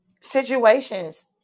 situations